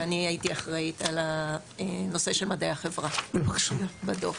ואני הייתי אחראית על נושא מדעי החברה בדוח.